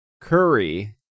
curry